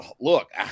look